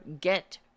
get